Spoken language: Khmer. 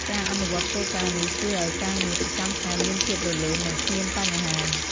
ការអនុវត្តន៍គោលការណ៍នេះជួយឲ្យការងារប្រចាំថ្ងៃមានភាពរលូន និងគ្មានបញ្ហា។